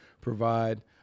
provide